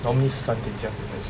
normally 是三点这样子才睡